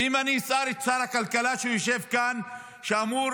ואם אני אשאל את שר הכלכלה, שיושב כאן, שאמור